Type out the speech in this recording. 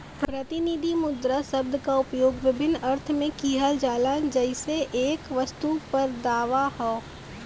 प्रतिनिधि मुद्रा शब्द क उपयोग विभिन्न अर्थ में किहल जाला जइसे एक वस्तु पर दावा हौ